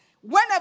whenever